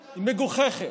מגוחכת.